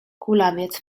kulawiec